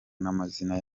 n’amazina